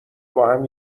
باهم